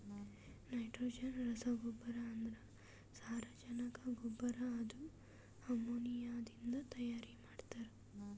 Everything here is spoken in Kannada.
ನೈಟ್ರೋಜನ್ ರಸಗೊಬ್ಬರ ಅಂದ್ರ ಸಾರಜನಕ ಗೊಬ್ಬರ ಇದು ಅಮೋನಿಯಾದಿಂದ ತೈಯಾರ ಮಾಡ್ತಾರ್